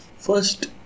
First